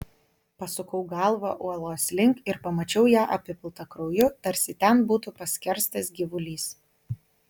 pasukau galvą uolos link ir pamačiau ją apipiltą krauju tarsi ten būtų paskerstas gyvulys